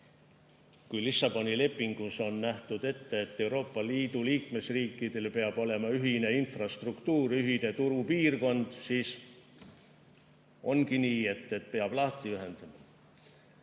kuna Lissaboni lepingus on ette nähtud, et Euroopa Liidu liikmesriikidel peab olema ühine infrastruktuur, ühine turupiirkond, siis ongi nii, et peab lahti ühendama. Nüüd,